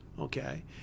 Okay